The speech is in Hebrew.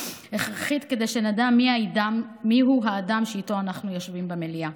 הכרחית כדי שנדע מיהו האדם שאיתו אנו יושבים במליאה,